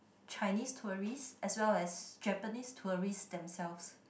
Chinese tourist as well as Japanese tourist themselves